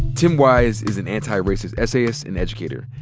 tim wise is an anti-racist essayist and educator.